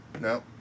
no